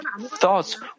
thoughts